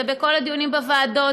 זה בכל הדיונים בוועדות,